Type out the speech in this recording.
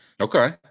Okay